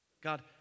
God